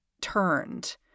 turned